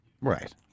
Right